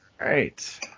right